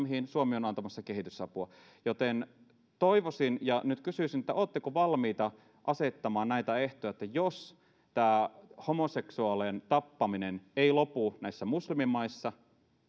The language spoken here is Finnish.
joihin suomi on antamassa kehitysapua joten nyt kysyisin oletteko valmiita asettamaan näitä ehtoja että jos homoseksuaalien tappaminen ei lopu näissä muslimimaissa